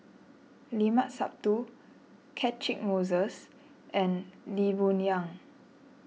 Limat Sabtu Catchick Moses and Lee Boon Yang